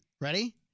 Ready